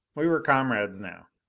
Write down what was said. we were comrades now.